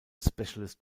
specialist